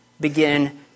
begin